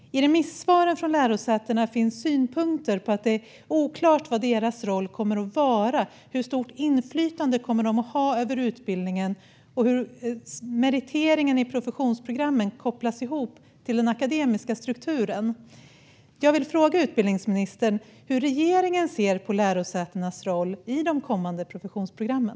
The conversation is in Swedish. I remissvaren från lärosätena finns synpunkter på att det är oklart vad deras roll kommer att vara, hur stort inflytande de kommer att ha över utbildningen och hur meriteringen i professionsprogrammen kopplas ihop med den akademiska strukturen. Jag vill fråga utbildningsministern hur regeringen ser på lärosätenas roll i de kommande professionsprogrammen.